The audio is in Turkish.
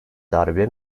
darbe